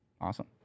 Awesome